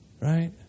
right